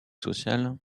social